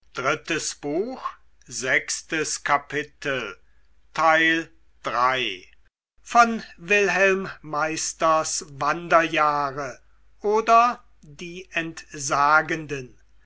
goethe wilhelm meisters wanderjahre oder die entsagenden